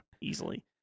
easily